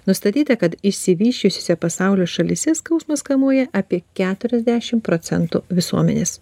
nustatyta kad išsivysčiusiose pasaulio šalyse skausmas kamuoja apie keturiasdešim procentų visuomenės